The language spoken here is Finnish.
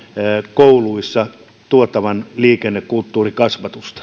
kouluihin tuotavan liikennekulttuurikasvatusta